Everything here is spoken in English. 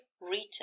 written